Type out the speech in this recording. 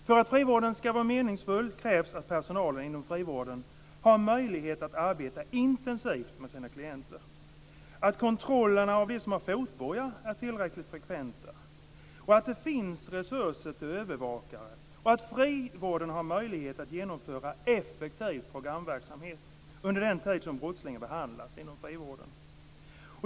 För att frivården ska vara meningsfull krävs att personalen inom frivården har en möjlighet att arbeta intensivt med sina klienter, att kontroller av dem som har fotbojor är tillräckligt frekventa, att det finns resurser till övervakare och att frivården har möjlighet att genomföra en effektiv programverksamhet under den tid som brottslingen behandlas inom frivården.